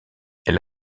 elle